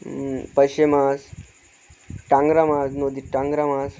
পারশে মাছ ট্যাংরা মাছ নদীর ট্যাংরা মাছ